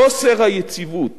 חוסר היציבות